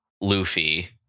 Luffy